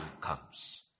comes